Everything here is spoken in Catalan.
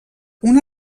una